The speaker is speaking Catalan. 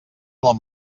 del